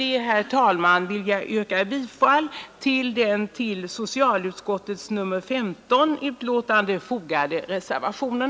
Med det anförda vill jag yrka bifall till den vid socialutskottets betänkande nr 15 fogade reservationen.